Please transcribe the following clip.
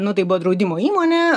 nu tai buvo draudimo įmonė